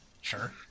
Sure